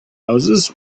houses